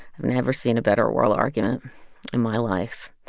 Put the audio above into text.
i've never seen a better oral argument in my life.